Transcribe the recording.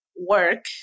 work